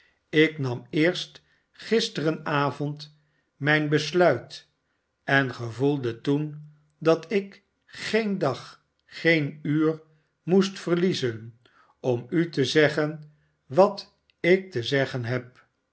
ik nam eerst gisterenavond mijn besluit en gevoelde toen dat ik geen dag geen uur moest verliezen om u te zeggen wat ik te zeggen heb